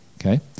okay